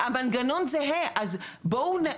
ההחלטה היחידה של ועדת השרים,